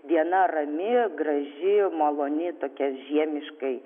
diena rami graži maloni tokia žiemiškai